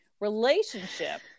relationship